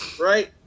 right